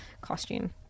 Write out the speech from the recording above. costume